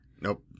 Nope